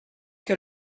que